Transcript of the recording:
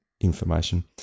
information